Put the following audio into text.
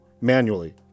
manually